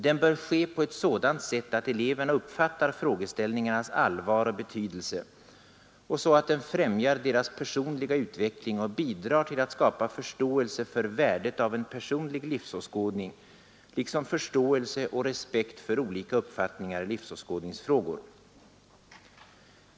Den bör ske på ett sådant sätt, att eleverna uppfattar frågeställningarnas allvar och betydelse och så att den främjar deras personliga utveckling och bidrar till att skapa förståelse för värdet av en personlig livsåskådning liksom förståelse och respekt för olika uppfattningar i livsåskådningsfrågor.